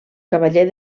cavaller